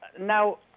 Now